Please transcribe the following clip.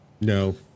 No